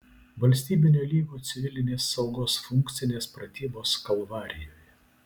valstybinio lygio civilinės saugos funkcinės pratybos kalvarijoje